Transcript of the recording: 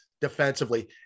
defensively